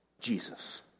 Jesus